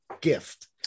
gift